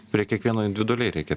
prie kiekvieno individualiai reikia